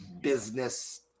business